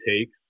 takes